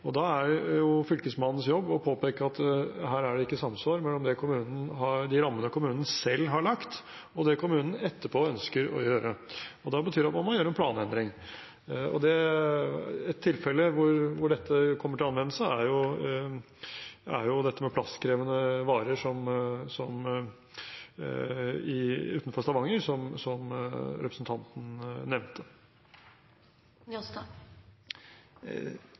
Da er det Fylkesmannens jobb å påpeke at her er det ikke samsvar mellom de rammene kommunen selv har lagt, og det kommunen etterpå ønsker å gjøre, og det betyr at man må gjøre en planendring. Ett tilfelle hvor det kommer til anvendelse, er dette med plasskrevende varer, som utenfor Stavanger, som representanten nevnte.